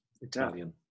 Italian